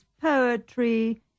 poetry